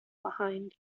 behind